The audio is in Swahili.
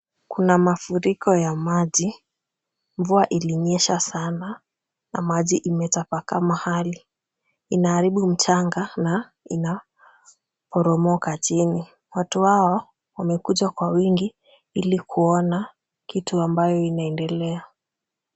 Kuna mafuriko ya maji, mvua ilinyesha sana na maji imetapakaa mahali. Inaharibu mchanga na inaporomoka chini. Watu hawa wamekuja kwa wingi ili kuona kitu ambayo inaendelea.